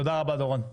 תודה רבה דורון.